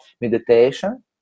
meditation